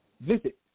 Visit